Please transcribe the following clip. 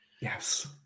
Yes